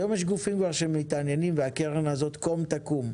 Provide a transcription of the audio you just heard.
היום יש גופים שמתעניינים והקרן הזאת קום תקום.